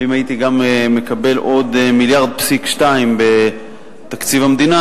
ואם גם הייתי מקבל עוד 1.2 מיליארד בתקציב המדינה